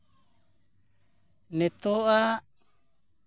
ᱱᱤᱛᱳᱜ ᱟᱜ